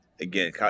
again